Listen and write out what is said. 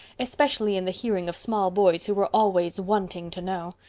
especially in the hearing of small boys who were always wanting to know.